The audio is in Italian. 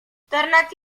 tornato